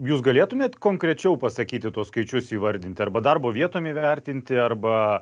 jūs galėtumėt konkrečiau pasakyti tuos skaičius įvardinti arba darbo vietom įvertinti arba